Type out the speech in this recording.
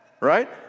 right